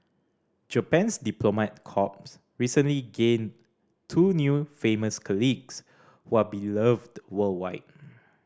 Japan's diplomat corps recently gained two new famous colleagues who are beloved worldwide